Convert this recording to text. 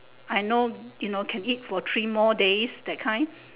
I know you know can eat for three more days that kind